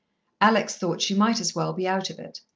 alex thought she might as well be out of it.